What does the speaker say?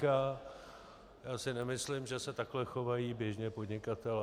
Já si nemyslím, že se takhle chovají běžně podnikatelé.